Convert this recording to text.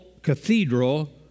Cathedral